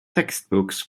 textbooks